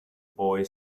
boy